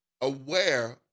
aware